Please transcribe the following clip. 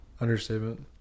Understatement